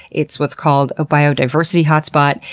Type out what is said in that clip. it's what's called a biodiversity hotspot.